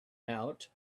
out